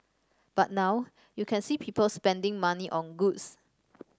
but now you can see people spending money on goods